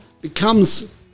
becomes